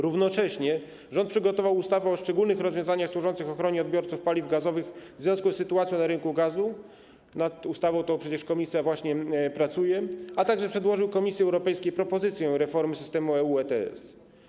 Równocześnie rząd przygotował ustawę o szczególnych rozwiązaniach służących ochronie odbiorców paliw gazowych w związku z sytuacją na rynku gazu - nad ustawą tą właśnie pracuje komisja - a także przedłożył Komisji Europejskiej propozycję reformę systemu EU ETS.